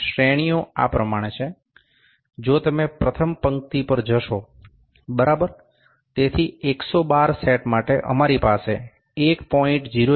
શ્રેણીઓ આ પ્રમાણે છે જો તમે પ્રથમ પંક્તિ પર જોશો બરાબર તેથી 112 સેટ માટે અમારી પાસે 1